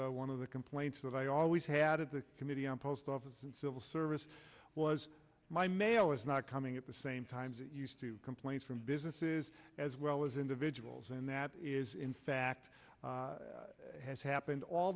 one of the complaints that i always had at the committee on post office and civil service was my mail is not coming at the same time complaints from businesses as well as individuals and that is in fact has happened all